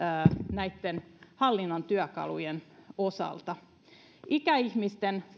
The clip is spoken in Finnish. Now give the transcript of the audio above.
näitten hallinnon työkalujen osalta ikäihmisten